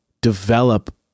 develop